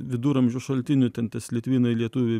viduramžių šaltinių ten tas litvinai lietuviai